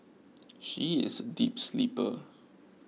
she is a deep sleeper